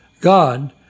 God